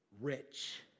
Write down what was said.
rich